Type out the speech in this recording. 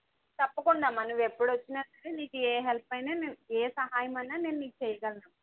తప్పకుండా అమ్మా నువ్వు ఏప్పుడు వచ్చినా సరే నీకు ఏ హెల్ప్ అయినా ఏ సహాయమైనా నేను నీకు చేయగలను